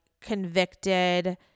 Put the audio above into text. convicted